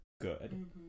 good